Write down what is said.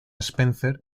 spencer